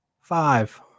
Five